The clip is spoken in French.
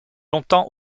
longtemps